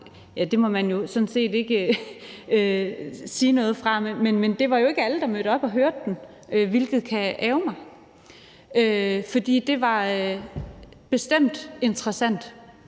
– vi må sådan set ikke sige noget fra den. Det var jo ikke alle, der mødte op og hørte den, hvilket kan ærgre mig, fordi det bestemt var interessant